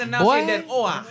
boy